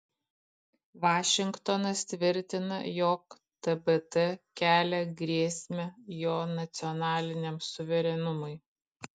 vašingtonas tvirtina jog tbt kelia grėsmę jo nacionaliniam suverenumui